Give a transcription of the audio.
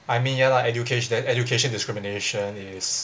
I mean ya lah educat~ then education discrimination is